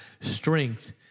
strength